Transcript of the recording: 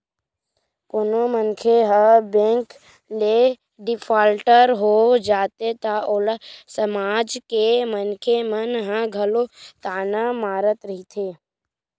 कोनो मनखे ह बेंक ले डिफाल्टर हो जाथे त ओला समाज के मनखे मन ह घलो ताना मारत रहिथे